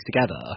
together